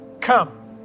come